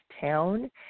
town